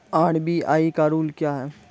RBI का rule क्या हैं?